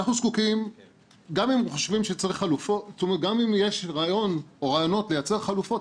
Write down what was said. גם אם יש רעיון או רעיונות לייצר חלופות,